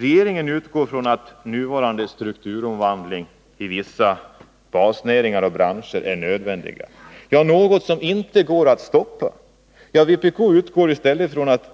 Regeringen utgår från att nuvarande strukturomvandling i vissa basnäringar och branscher är nödvändig, ja, något som inte går att stoppa. Vpk utgår i stället från att